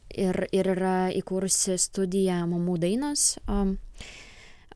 ir ir yra įkūrusi studiją mamų dainos a